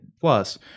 Plus